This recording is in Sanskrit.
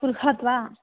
बृहत् वा